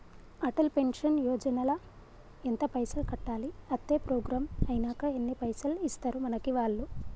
Atal pension Yojana ల ఎంత పైసల్ కట్టాలి? అత్తే ప్రోగ్రాం ఐనాక ఎన్ని పైసల్ ఇస్తరు మనకి వాళ్లు?